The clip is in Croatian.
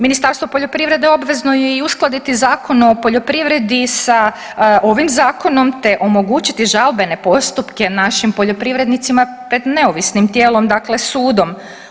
Ministarstvo poljoprivrede obvezno je i uskladiti Zakon o poljoprivredi sa ovim zakonom, te omogućiti žalbene postupke našim poljoprivrednicima pred neovisnim tijelom, dakle sudom.